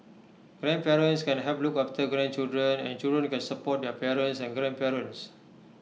grandparents can help look after grandchildren and children can support their parents and grandparents